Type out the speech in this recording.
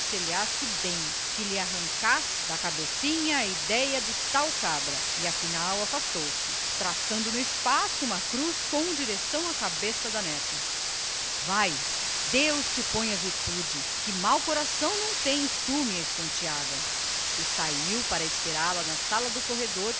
aconselhasse bem que lhe sacasse da cabecinha a idéia do tal cabra e afinal afastou-se traçando no espaço uma cruz na direção da neta vai deus te ponha virtude que mau coração não tens tu minha estonteada e saiu para esperá-la na sala do corredor